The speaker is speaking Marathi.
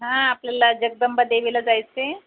हां आपल्याला जगदंबा देवीला जायचं आहे